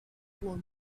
como